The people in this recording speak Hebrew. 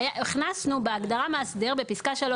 הכנסנו בהגדרה "מאסדר" בפסקה (3),